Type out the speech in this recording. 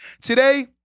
Today